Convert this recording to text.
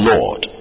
Lord